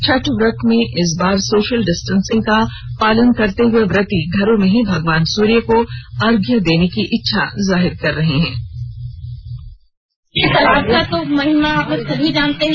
छठ व्रत में इस बार सोशल डिस्टेंसिंग का पालन करते हुए व्रती घरों में ही भगवान सूर्य को अर्घ्य देने की इच्छा जाहिर कर रहे हैं